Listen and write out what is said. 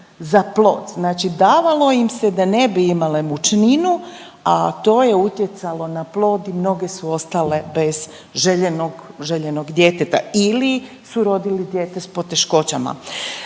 za plod. Znači davalo im se da ne bi imale mučninu, a to je utjecalo na plod i mnoge su ostale bez željenog, željenog djeteta ili su rodili dijete s poteškoćama.